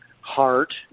heart